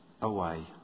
away